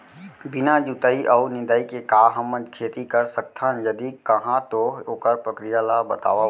बिना जुताई अऊ निंदाई के का हमन खेती कर सकथन, यदि कहाँ तो ओखर प्रक्रिया ला बतावव?